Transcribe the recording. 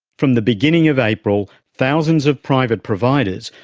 from the beginning of april, thousands of private providers,